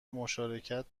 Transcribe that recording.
مشارکت